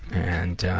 and, ah,